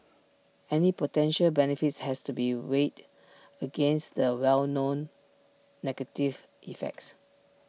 any potential benefits has to be weighed against the known negative effects